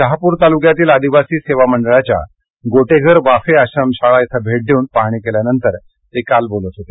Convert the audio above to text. शहापूर तालुक्यातील आदिवासी सेवा मंडळाच्या गोटेघर वाफे आश्रमशाळा इथं भेट देऊन पाहणी केल्यानंतर ते बोलत होते